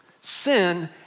sin